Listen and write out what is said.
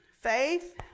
Faith